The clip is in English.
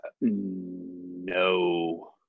no